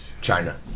China